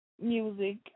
music